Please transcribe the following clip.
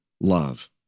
love